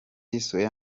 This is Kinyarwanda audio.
square